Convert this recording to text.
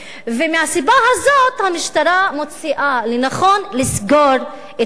ומהסיבה הזאת המשטרה מוצאת לנכון לסגור את התיק.